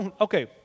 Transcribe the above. Okay